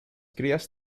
crías